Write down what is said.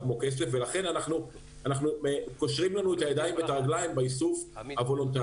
כמו כסף ולכן קושרים לנו את הידיים ואת הרגליים באיסוף הוולונטרי.